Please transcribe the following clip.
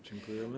Dziękujemy.